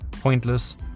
pointless